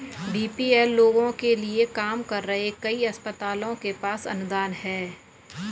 BPL लोगों के लिए काम कर रहे कई अस्पतालों के पास अनुदान हैं